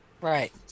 right